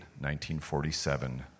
1947